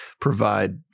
provide